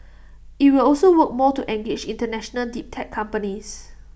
IT will also work more to engage International deep tech companies